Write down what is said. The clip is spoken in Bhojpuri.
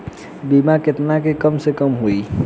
बीमा केतना के कम से कम होई?